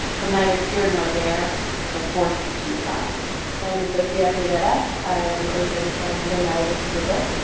from neither here nor there but forced to choose sides my name is sofia rivera. i am originally from guaynabo, puerto rico.